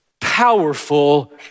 powerful